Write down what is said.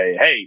hey